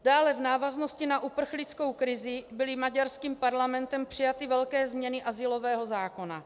Dále v návaznosti na uprchlickou krizi byly maďarským parlamentem přijaty velké změny azylového zákona.